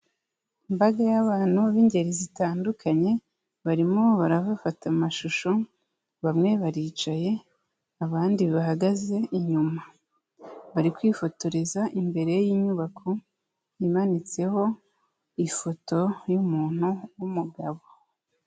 Imbaga y'abantu b'ingeri zitandukanye barimo barabafata amashusho, bamwe baricaye abandi bahagaze inyuma, bari kwifotoreza imbere y'inyubako imanitseho ifoto y'umuntu w'umugabo.